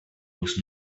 was